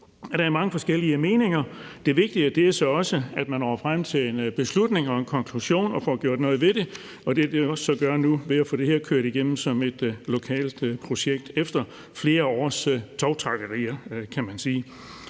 der er mange forskellige meninger. Det vigtige er så også, at man når frem til en beslutning og en konklusion og får gjort noget ved det, og det er det, man så gør nu ved at få det her kørt igennem som et lokalt projekt efter flere års tovtrækkerier, kan man sige.